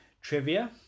trivia